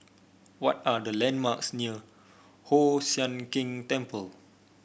what are the landmarks near Hoon Sian Keng Temple